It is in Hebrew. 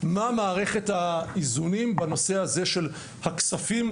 על מערכת האיזונים בנושא הזה של הכספים,